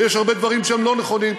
ויש הרבה דברים שהם לא נכונים,